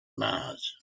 mars